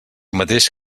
mateix